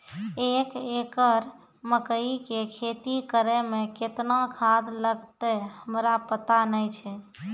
एक एकरऽ मकई के खेती करै मे केतना खाद लागतै हमरा पता नैय छै?